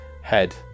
head